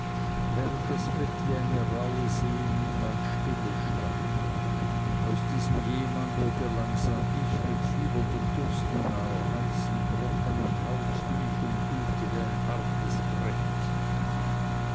während das bett wie eine rauhe see niemals stille stand aus diesem jemand wurde langsam ich mit fieberndem durst in einer heißen trocknen haut die mich umhüllte wie ein hartes brett